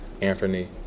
Anthony